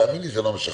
תאמין לי שזה לא משכנע.